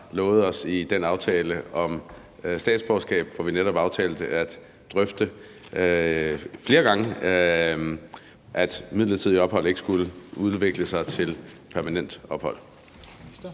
lovet os i den aftale om statsborgerskab, hvor vi netop aftalte at drøfte, flere gange, at midlertidigt ophold ikke skulle udvikle sig til permanent ophold?